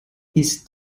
ist